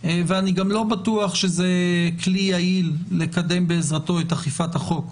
ואני גם לא בטוח שזה כלי יעיל לקדם בעזרתו את אכיפת החוק.